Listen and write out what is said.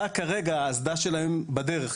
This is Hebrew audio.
רק כרגע האסדה שלהם בדרך.